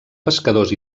pescadors